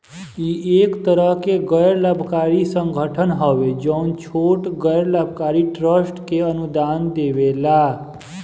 इ एक तरह के गैर लाभकारी संगठन हवे जवन छोट गैर लाभकारी ट्रस्ट के अनुदान देवेला